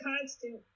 constant